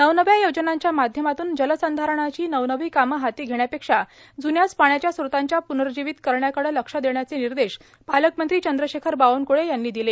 नवनव्या योजनांच्या माध्यमातून जलसंधारणाची नवनवी कामं हाती घेण्यापेक्षा ज्न्याच पाण्याच्या स्रोतांचा प्नर्जिवीत करण्याकडे लक्ष देण्याचे निर्देश पालकमंत्री चंद्रशेखर बावनक्ळे यांनी दिले